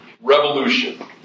Revolution